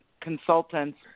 consultants